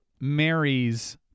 marries